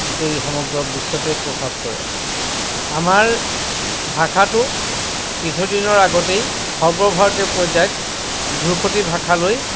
গোটেই সমগ্ৰ বিশ্বতেই প্ৰভাৱ পৰে আমাৰ ভাষাটো কিছুদিনৰ আগতেই সৰ্বভাৰতীয় পৰ্যায়ত ধ্ৰুপদী ভাষালৈ